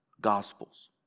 Gospels